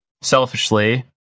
selfishly